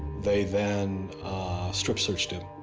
they then strip searched him.